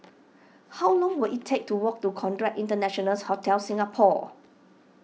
how long will it take to walk to Conrad International Hotel Singapore